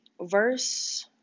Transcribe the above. verse